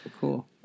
Cool